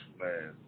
man